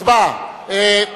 הצבעה, הצבעה, הצבעה, אדוני.